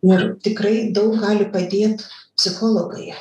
ir tikrai daug gali padėt psichologai